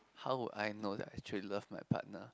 how would I know that I truly love my partner